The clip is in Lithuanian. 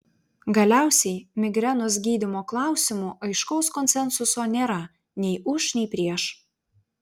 galiausiai migrenos gydymo klausimu aiškaus konsensuso nėra nei už nei prieš